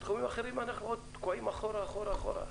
אבל בתחומים אחרים אנחנו תקועים אחורה אחורה אחורה.